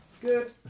Good